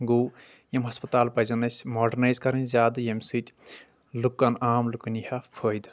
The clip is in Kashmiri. گوٚو یِم ہسپتال پزَن اَسہِ ماڈرنایِز کرٕنۍ زیٛادٕ ییٚمہِ سۭتۍ لُکن عام لُکن یِیہِ ہا فأیِدٕ